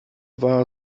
war